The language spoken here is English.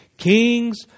Kings